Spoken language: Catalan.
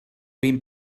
vint